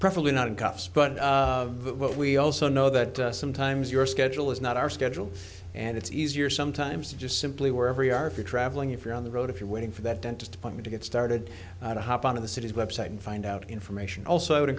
preferably not in cuffs but what we also know that sometimes your schedule is not our schedule and it's easier sometimes just simply wherever you are if you're traveling if you're on the road if you're waiting for that dentist point me to get started to hop on of the city's website and find out information also